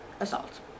assault